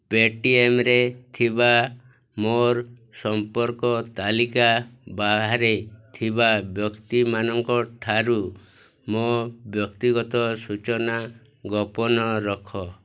ପେଟିଏମ୍ରେ ଥିବା ମୋର ସମ୍ପର୍କ ତାଲିକା ବାହାରେ ଥିବା ବ୍ୟକ୍ତିମାନଙ୍କଠାରୁ ମୋ ବ୍ୟକ୍ତିଗତ ସୂଚନା ଗୋପନ ରଖ